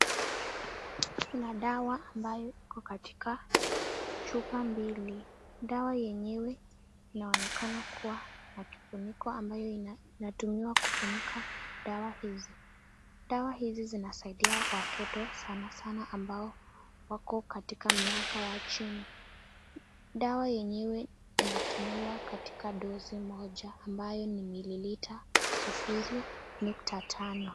Kuna dawa ambayo iko katika chupa mbili. Dawa yenyewe inaonekana kuwa na kifuniko ambayo inatumiwa kufunika dawa hizi. Dawa hizi zinasaidia watoto sana sana ambao wako katika miaka ya chini. Dawa yenyewe inatumiwa katika dozi moja ambayo ni millilita 0.5.